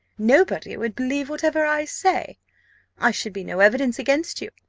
nobody would believe whatever i say i should be no evidence against you,